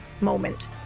moment